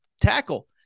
tackle